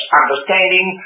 understanding